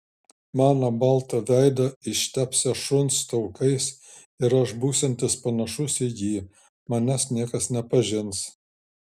mano baltą veidą ištepsią šuns taukais ir aš būsiantis panašus į jį manęs niekas nepažins